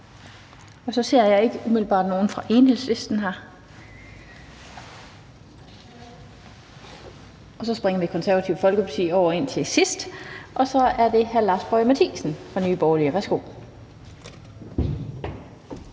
Jeg ser ikke umiddelbart nogen ordfører fra Enhedslisten, og vi springer Det Konservative Folkeparti over, da de skal på til sidst. Så nu er det hr. Lars Boje Mathiesen fra Nye Borgerlige. Værsgo.